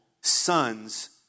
sons